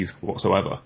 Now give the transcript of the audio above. whatsoever